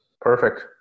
Perfect